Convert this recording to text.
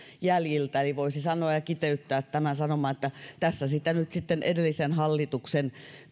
jäljiltä eli voisi sanoa ja kiteyttää tämän sanomalla että tässä sitä nyt sitten edellisen hallituksen